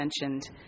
mentioned